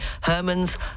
Herman's